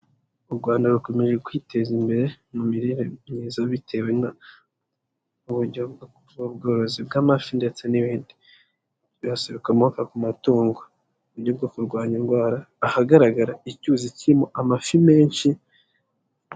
U Rwanda rukomeje kwiteza imbere mu mirire myiza bitewe n'uburyo bw'ubworozi bw'amafi ndetse n'ibindi byose bikomoka ku matungo. Uburyo bwo kurwanya indwara ahagaragara icyuzi kirimo amafi menshi...